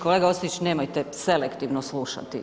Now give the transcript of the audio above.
Kolega Ostojić, nemojte selektivno slušati.